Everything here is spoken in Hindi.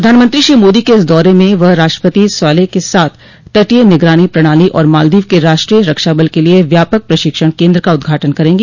प्रधानमंत्री श्री मोदी के इस दौरे में वह राष्ट्रपति स्वालेह के साथ तटीय निगरानी प्रणाली और मालदीव के राष्ट्रीय रक्षाबल के लिए व्यापक प्रशिक्षण केन्द्र का उदघाटन करेंगे